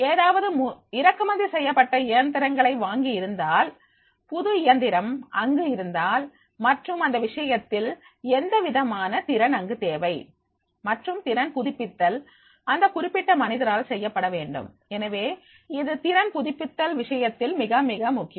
ஏதாவது இறக்குமதி செய்யப்பட்ட இயந்திரங்களை வாங்கி இருந்தால் புது இயந்திரம் அங்கு இருந்தால் மற்றும் அந்த விஷயத்தில் எந்தவிதமான திறன் அங்கு தேவை மற்றும் திறன் புதுப்பித்தல் அந்த குறிப்பிட்ட மனிதரால் செய்யப்படவேண்டும் எனவே இது திறன் புதுப்பித்தல் விஷயத்தில் மிக மிக முக்கியம்